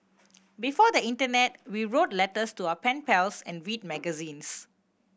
before the internet we wrote letters to our pen pals and read magazines